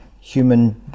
Human